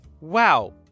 wow